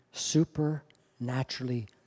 supernaturally